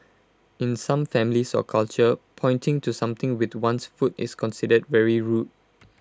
in some families or cultures pointing to something with one's foot is considered very rude